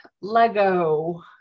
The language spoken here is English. Lego